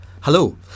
Hello